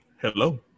Hello